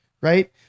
right